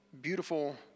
beautiful